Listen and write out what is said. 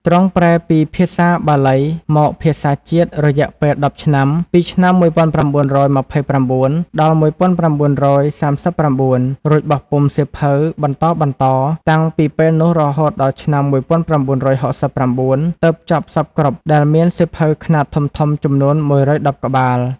ទ្រង់ប្រែពីភាសា បាលី មកភាសាជាតិរយៈពេល១០ឆ្នាំ ពីឆ្នាំ ១៩២៩-១៩៣៩ រួចបោះពុម្ពសៀវភៅបន្តៗ តាំងពីពេលនោះរហូតដល់ឆ្នាំ១៩៦៩ ទើបចប់សព្វគ្រប់ដែលមានសៀវភៅខ្នាតធំៗចំនួន ១១០ ក្បាល ។